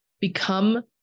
become